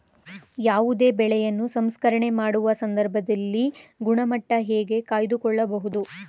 ಯಾವುದೇ ಬೆಳೆಯನ್ನು ಸಂಸ್ಕರಣೆ ಮಾಡುವ ಸಂದರ್ಭದಲ್ಲಿ ಗುಣಮಟ್ಟ ಹೇಗೆ ಕಾಯ್ದು ಕೊಳ್ಳಬಹುದು?